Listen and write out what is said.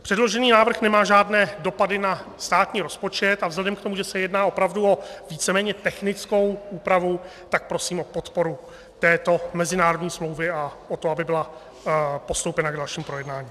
Předložený návrh nemá žádné dopady na státní rozpočet a vzhledem k tomu, že se jedná opravdu o víceméně technickou úpravu, tak prosím o podporu této mezinárodní smlouvy a o to, aby byla postoupena k dalšímu projednání.